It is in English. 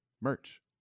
merch